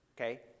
okay